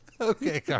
okay